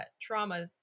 trauma